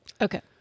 Okay